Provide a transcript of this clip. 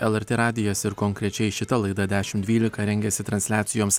lrt radijas ir konkrečiai šita laida dešim dvylika rengiasi transliacijoms